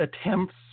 attempts